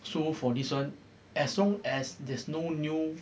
so for this [one] as long as there's no new